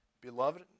Beloved